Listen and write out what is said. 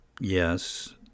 yes